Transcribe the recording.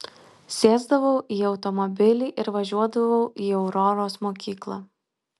sėsdavau į automobilį ir važiuodavau į auroros mokyklą